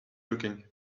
looking